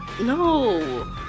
No